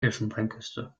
elfenbeinküste